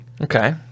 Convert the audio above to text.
Okay